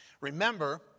Remember